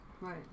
Right